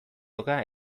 oka